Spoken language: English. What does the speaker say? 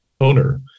owner